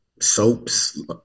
soaps